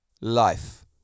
Life